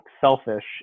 selfish